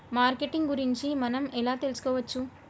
Marketing గురించి మనం ఎలా తెలుసుకోవచ్చు?